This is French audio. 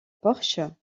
porche